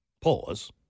Pause